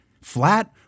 Flat